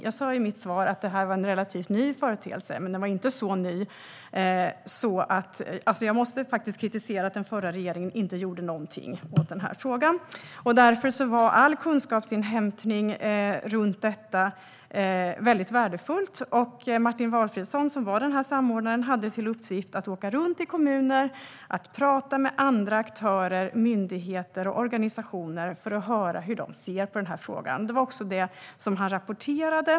Jag sa i mitt svar att det här var en relativt ny företeelse, men den var inte så ny. Jag måste faktiskt kritisera att den förra regeringen inte gjorde någonting åt den här frågan. Därför var all kunskapsinhämtning runt detta värdefull. Martin Valfridsson, samordnaren, hade till uppgift att åka runt i kommuner och tala med andra aktörer, myndigheter och organisationer för att höra hur de ser på den här frågan. Det var också det som han rapporterade.